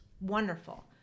wonderful